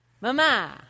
Mama